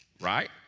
right